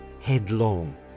headlong